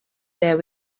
there